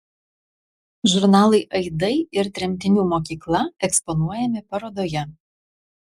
žurnalai aidai ir tremtinių mokykla eksponuojami parodoje